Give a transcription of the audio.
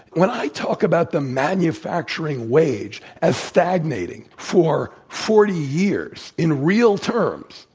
when i talk about the manufacturing wage as stagnating for forty years in real terms,